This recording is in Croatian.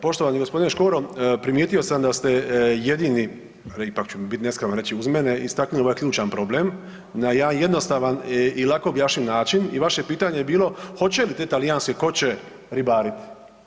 Poštovani g. Škoro, primijetio sam da ste jedini, ipak će mi bit neskromno reći uz mene, istaknuli ovaj ključan problem na jedan jednostavan i lako objašnjiv način i vaše pitanje je bilo hoće li te talijanske koće ribariti?